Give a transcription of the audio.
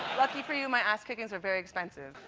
lucky for you, my ass-kickings are very expensive.